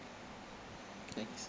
thanks